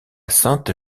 sainte